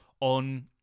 on